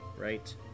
right